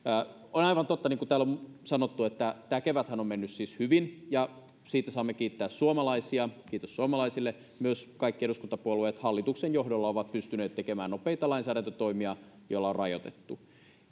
on aivan totta niin kuin täällä on sanottu että tämä keväthän on mennyt siis hyvin ja siitä saamme kiittää suomalaisia kiitos suomalaisille myös kaikki eduskuntapuolueet hallituksen johdolla ovat pystyneet tekemään nopeita lainsäädäntötoimia joilla on tehty rajoituksia